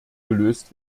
gelöst